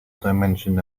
dimension